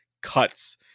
cuts